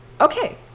okay